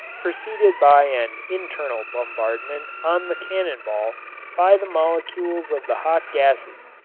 preceded by an internal bombardment on the cannon ball by the molecules of the hot gases,